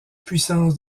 puissance